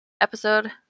episode